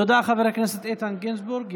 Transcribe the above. תודה, חבר הכנסת איתן גינזבורג.